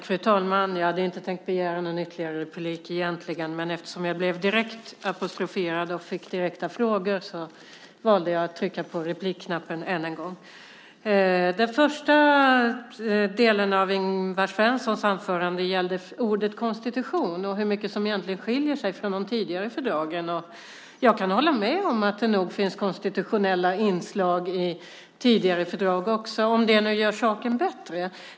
Fru talman! Jag hade egentligen inte tänkt begära någon ytterligare replik, men eftersom jag blev direkt apostroferad och fick direkta frågor valde jag att trycka på replikknappen ännu en gång. Den första delen av Ingvar Svenssons anförande gällde ordet konstitution och hur mycket förslaget egentligen skiljer sig från de tidigare fördragen. Jag kan hålla med om att det nog finns konstitutionella inslag också i tidigare fördrag, om det nu gör saken bättre.